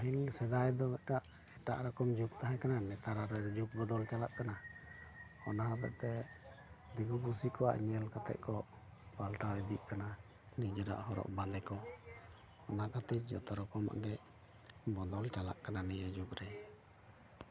ᱯᱟᱹᱦᱤᱞ ᱥᱮᱫᱟᱭ ᱫᱚ ᱢᱤᱫᱴᱟᱝ ᱮᱴᱟᱜ ᱨᱚᱠᱚᱢ ᱡᱩᱠ ᱛᱟᱦᱮᱸᱠᱟᱱᱟ ᱱᱮᱛᱟᱨ ᱡᱩᱜ ᱵᱚᱫᱚᱞ ᱪᱟᱞᱟᱜ ᱠᱟᱱᱟ ᱚᱱᱟ ᱦᱚᱛᱮᱛᱮ ᱫᱤᱠᱩ ᱯᱤᱥᱩ ᱠᱚᱣᱟᱜ ᱧᱮᱞ ᱠᱟᱛᱮ ᱠᱚ ᱯᱟᱞᱴᱟᱣ ᱤᱫᱤᱜ ᱠᱟᱱᱟ ᱱᱤᱡᱮᱨᱟᱜ ᱦᱚᱨᱚᱜ ᱵᱟᱸᱫᱮ ᱠᱚ ᱚᱱᱟ ᱠᱷᱟᱹᱛᱤᱨ ᱡᱚᱛᱚ ᱨᱚᱠᱚᱢᱟᱜ ᱜᱮ ᱵᱚᱫᱚᱞ ᱪᱟᱞᱟᱜ ᱠᱟᱱᱟ ᱱᱤᱭᱟᱹ ᱡᱩᱜᱽ ᱨᱮ